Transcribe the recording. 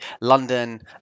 London